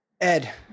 Ed